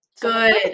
Good